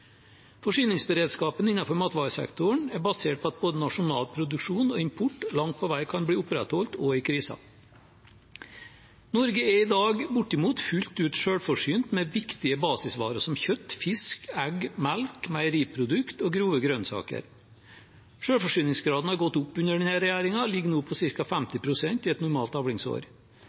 Forsyningsberedskapen innenfor matvaresektoren er basert på at både nasjonal produksjon og import langt på vei kan bli opprettholdt også i kriser. Norge er i dag bortimot fullt ut selvforsynt med viktige basisvarer som kjøtt, fisk, egg, melk, meieriprodukt og grove grønnsaker. Selvforsyningsgraden har gått opp under denne regjeringen og ligger nå på ca. 50 pst. i et normalt avlingsår.